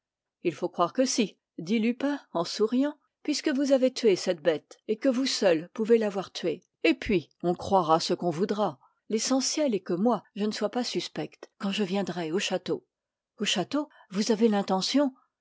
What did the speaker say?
il faut croire que si dit lupin en souriant puisque vous avez tué cette bête et que vous seule pouvez l'avoir tuée et puis on croira ce qu'on voudra l'essentiel est que moi je ne sois pas suspect quand je viendrai au château au château vous avez l'intention